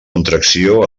contracció